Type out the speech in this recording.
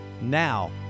Now